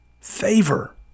Favor